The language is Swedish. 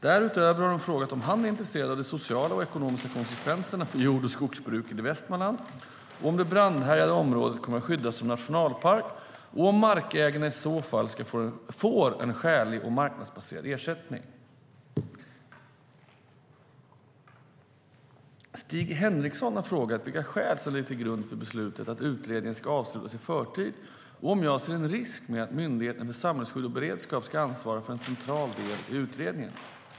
Därutöver har hon frågat om han är intresserad av de sociala och ekonomiska konsekvenserna för jord och skogsbruket i Västmanland, om det brandhärjade området kommer att skyddas som nationalpark och om markägarna i så fall får en skälig och marknadsbaserad ersättning. Stig Henriksson har frågat vilka skäl som ligger till grund för beslutet att utredningen ska avslutas i förtid och om jag ser en risk med att Myndigheten för samhällsskydd och beredskap ska ansvara för en central del i utredningen.